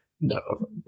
no